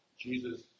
Jesus